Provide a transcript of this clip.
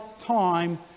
time